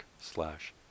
slash